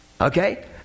Okay